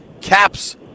Caps